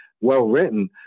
well-written